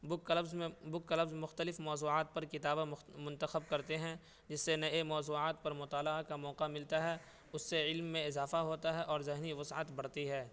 بک clubs میں book clubs میں مختلف موضوعات پر کتابیں من منتخب کرتے ہیں جس سے نئے موضوعات پر مطالعہ کا موقع ملتا ہے اس سے علم میں اضافہ ہوتا ہے اور ذہنی وسعت بڑھتی ہے